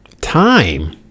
time